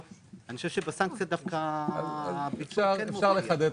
אני חושב שבסנקציה דווקא הביצוע כן מופיע.